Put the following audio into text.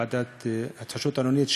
ועדת ההתחדשות העירונית,